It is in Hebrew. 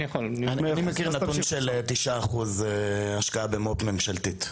אני מכיר נתון של 9% השקעה במו"פ ממשלתי.